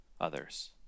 others